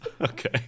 okay